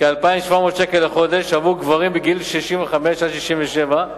כ-2,700 שקל לחודש, עבור גברים גילאי 65 67,